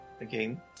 again